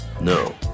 No